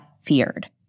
feared